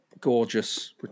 gorgeous